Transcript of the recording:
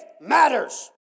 matters